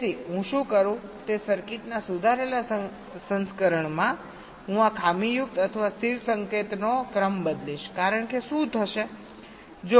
તેથી હું શું કરું તે સર્કિટના સુધારેલા સંસ્કરણમાં હું આ ખામીયુક્ત અથવા સ્થિર સંકેતનો ક્રમ બદલીશ કારણ કે શું થશે